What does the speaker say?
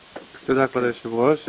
כבוד היושב ראש.